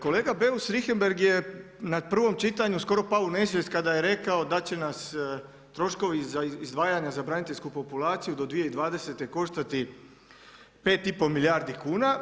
Kolega Beus Richembergh je na prvom čitanju skoro pau u nesvijest kada je rekao da će nas troškovi za izdvajanja za braniteljsku populaciju do 2020. koštati 5 i pol milijardi kuna.